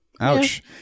Ouch